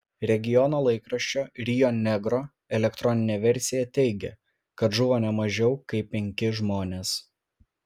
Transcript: regiono laikraščio rio negro elektroninė versija teigia kad žuvo ne mažiau kaip penki žmonės